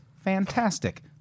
fantastic